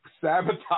sabotage